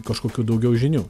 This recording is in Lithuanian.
kažkokių daugiau žinių